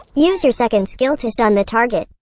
use your second skill to stun the target.